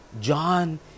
John